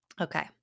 Okay